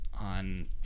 on